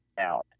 out